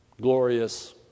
glorious